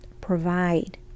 provide